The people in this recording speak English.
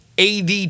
AD